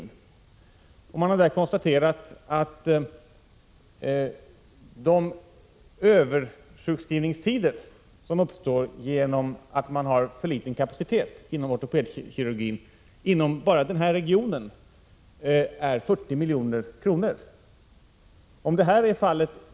Man har konstaterat att kostnaderna med anledning av de översjukskrivningstider som uppstår på grund av att man har för liten kapacitet inom ortopedkirurgin uppgår till 40 milj.kr. enbart inom denna region.